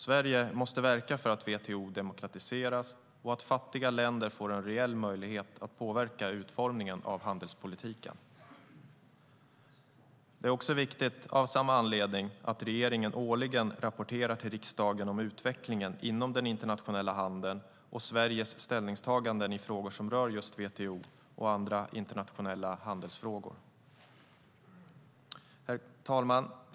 Sverige måste verka för att WTO demokratiseras och att fattiga länder får en reell möjlighet att påverka utformningen av handelspolitiken. Av samma anledning är det viktigt att regeringen årligen rapporterar till riksdagen om utvecklingen inom den internationella handeln och Sveriges ställningstaganden i frågor som rör WTO och andra internationella handelsfrågor. Herr talman!